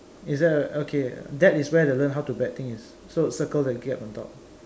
is that uh okay that is where the learn how to bet thing is so circle the gap on top